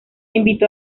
invitó